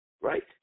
Right